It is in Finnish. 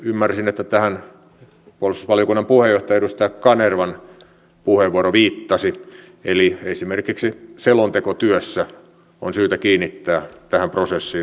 ymmärsin että tähän puolustusvaliokunnan puheenjohtajan edustaja kanervan puheenvuoro viittasi eli esimerkiksi selontekotyössä on syytä kiinnittää tähän prosessiin huomiota